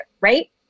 right